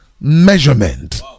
measurement